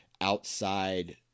outside